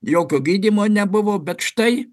jokio gydymo nebuvo bet štai